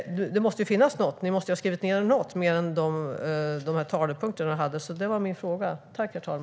Det måste ju finnas något. Ni måste ha skrivit ned något mer än de talepunkter du räknade upp, Erik.